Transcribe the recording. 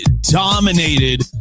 dominated